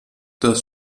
das